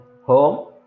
Home